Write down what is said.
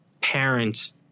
parents